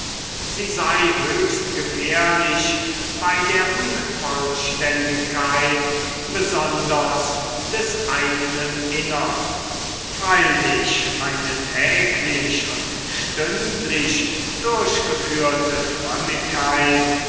sie sei höchst gefährlich bei der unvollständigkeit besonders des eignen innern freilich eine täglich und stündlich durchgeführte frömmigkeit